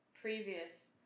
previous